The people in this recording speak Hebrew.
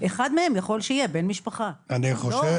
אחד מהם יכול שיהיה בן משפחה, לא?